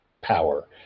power